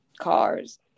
cars